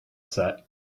set